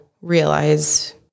realize